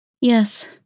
Yes